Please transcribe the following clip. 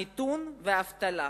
המיתון והאבטלה.